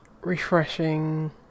refreshing